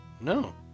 No